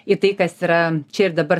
į tai kas yra čia ir dabar